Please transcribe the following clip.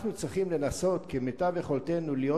אנחנו צריכים לנסות כמיטב יכולתנו להיות